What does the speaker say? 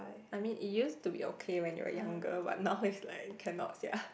I mean it used to be okay when you are younger but now is like cannot sia